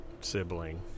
sibling